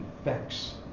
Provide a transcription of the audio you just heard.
effects